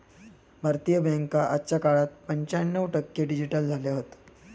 भारतीय बॅन्का आजच्या काळात पंच्याण्णव टक्के डिजिटल झाले हत